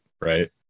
right